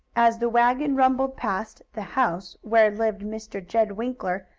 as the wagon rumbled past the house where lived mr. jed winkler,